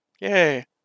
Yay